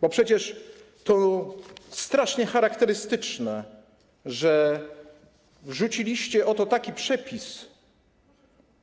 Bo przecież to bardzo charakterystyczne, że wrzuciliście taki oto przepis,